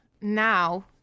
Now